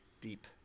deep